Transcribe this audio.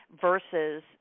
versus